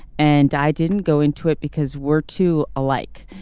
and i didn't go into it because we're too alike.